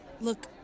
Look